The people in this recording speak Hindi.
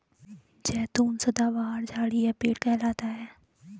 जैतून सदाबहार झाड़ी या पेड़ कहलाता है